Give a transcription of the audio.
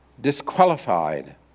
disqualified